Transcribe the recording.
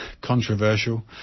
controversial